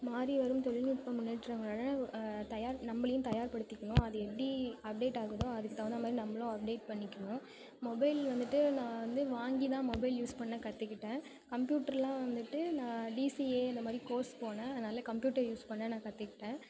மாறிவரும் தொழில்நுட்ப முன்னேற்றங்களோட தயார் நம்மளையும் தயார்படுத்திக்கணும் அது எப்படி அப்டேட் ஆகுதோ அதற்கு தகுந்தமாதிரி நம்மளும் அப்டேட் பண்ணிக்கணும் மொபைல் வந்துவிட்டு நான் வந்து வாங்கிதான் மொபைல் யூஸ் பண்ண கற்றுக்கிட்டேன் கம்ப்யூட்ரு எல்லாம் வந்துவிட்டு நான் டிசிஏ இந்தமாதிரி கோர்ஸ் போனேன் அதனால் கம்ப்யூட்டர் யூஸ் பண்ண நான் கற்றுக்கிட்டேன்